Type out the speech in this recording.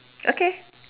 okay